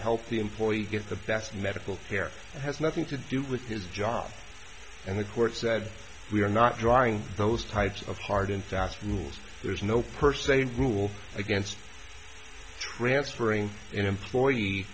help the employees get the best medical care that has nothing to do with his job and the court said we are not drawing those types of hard and fast rules there's no per se rule against transferring an employee